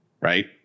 right